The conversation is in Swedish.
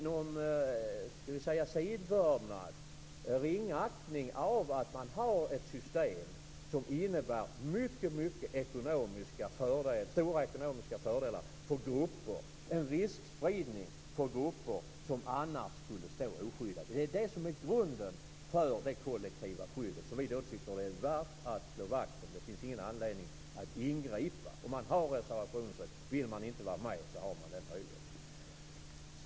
Det är en ringaktning av ett system som innebär mycket stora ekonomiska fördelar och riskspridning för grupper som annars skulle stå oskyddade. Det är grunden för det kollektiva skyddet. Det tycker vi är värt att slå vakt om. Det finns ingen anledning att ingripa. Det finns en reservationsrätt. Den som inte vill vara med har den möjligheten.